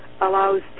allows